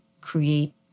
create